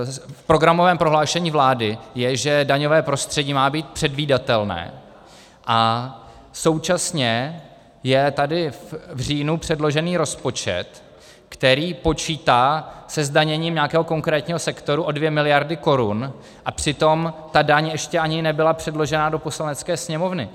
V programovém prohlášení je, že daňové prostředí má být předvídatelné, a současně je tady v říjnu předložený rozpočet, který počítá se zdaněním nějakého konkrétního sektoru o 2 mld. korun, a přitom ta daň ještě ani nebyla předložena do Poslanecké sněmovny.